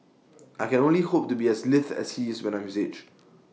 I can only hope to be as lithe as he is when I am his age